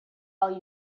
all